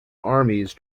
armies